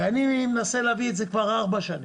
אני מנסה להביא את זה כבר ארבע שנים,